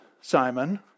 Simon